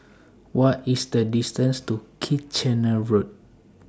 What IS The distance to Kitchener Road